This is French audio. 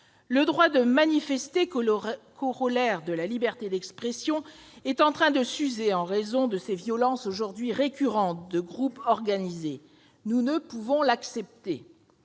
Le droit de manifester, corollaire de la liberté d'expression, est en train de s'user en raison de ces violences aujourd'hui récurrentes de groupes organisés. Nous ne pouvons l'accepter